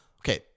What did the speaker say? Okay